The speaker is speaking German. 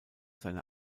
seine